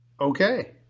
Okay